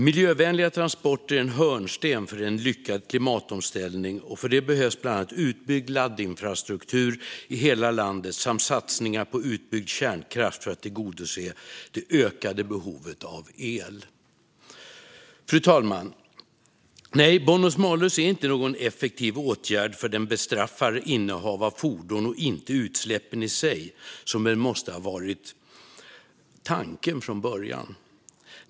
Miljövänliga transporter är en hörnsten för en lyckad klimatomställning, och för det behövs bland annat utbyggd laddinfrastruktur i hela landet samt satsningar på utbyggd kärnkraft för att tillgodose det ökade behovet av el. Fru talman! Bonus malus är inte någon effektiv åtgärd. Den bestraffar innehav av fordon och inte utsläppen i sig, vilket väl måste ha varit tanken från början.